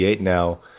now